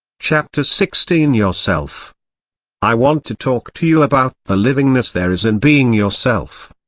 chapter sixteen yourself i want to talk to you about the livingness there is in being yourself.